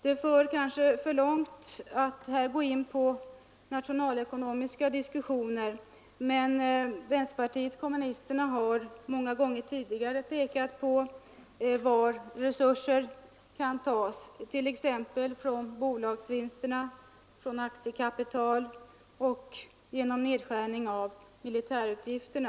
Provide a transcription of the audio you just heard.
Det för kanske för långt att här gå in på nationalekonomiska diskussioner, men vänsterpartiet kommunisterna har många gånger tidigare pekat på var resurser kan tas, t.ex. från bolagsvinsterna, från aktiekapital och genom nedskärning av militärutgifterna.